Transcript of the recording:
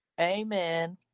amen